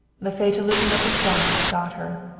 the fatalism of the front had got her.